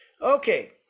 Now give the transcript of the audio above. Okay